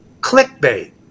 clickbait